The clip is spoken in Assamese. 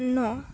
ন